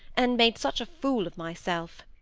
and made such a fool of myself.